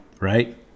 right